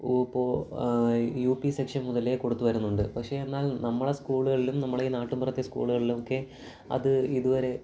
U P section മുതലേ കൊടുത്തു വരുന്നുണ്ട് പക്ഷേ എന്നാൽ നമ്മളെ സ്കൂളുകളിലും നമ്മളെ ഈ നാട്ടിൻപുറത്തെ സ്കൂളുകളിലും ഒക്കെ അത് ഇതുവരെ